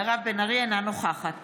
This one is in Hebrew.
אינה נוכחת